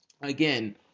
again